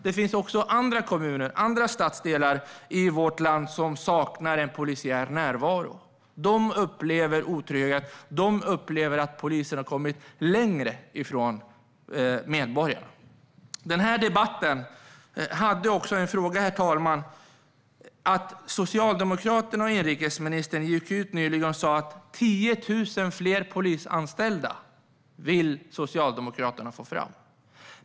Det finns också andra kommuner och stadsdelar i vårt land där en polisiär närvaro saknas. Där upplever man otrygghet och att polisen har kommit längre från medborgarna. I denna debatt har jag ytterligare en fråga, herr talman. Socialdemokraterna och inrikesministern gick nyligen ut och sa att man vill få fram 10 000 fler polisanställda.